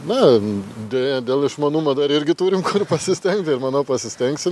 na deja dėl išmanumo dar irgi turim kur pasistengt bet manau pasistengsim